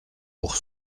pour